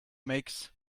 makes